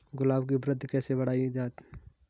गुलाब की वृद्धि कैसे बढ़ाई जाए?